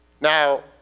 Now